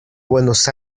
buenos